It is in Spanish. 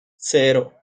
cero